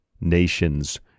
Nations